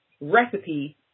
recipe